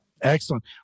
Excellent